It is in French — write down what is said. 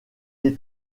est